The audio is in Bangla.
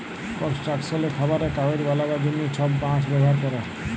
কলস্ট্রাকশলে, খাবারে, কাগজ বালাবার জ্যনহে ছব বাঁশ ব্যাভার ক্যরে